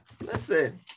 Listen